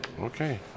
Okay